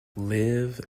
live